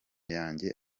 yanjye